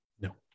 no